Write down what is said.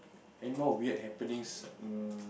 anymore weird happenings um